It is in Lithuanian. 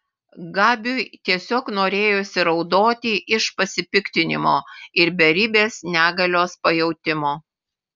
gabiui tiesiog norėjosi raudoti iš pasipiktinimo ir beribės negalios pajautimo